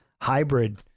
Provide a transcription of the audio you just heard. hybrid